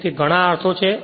તેથી ઘણા અર્થો છે